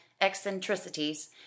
eccentricities